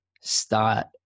start